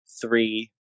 three